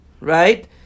right